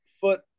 foot